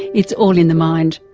it's all in the mind